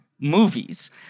movies